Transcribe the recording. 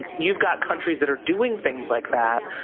you've got countries that are doing things like that,